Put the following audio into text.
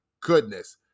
goodness